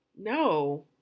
no